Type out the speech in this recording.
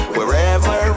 Wherever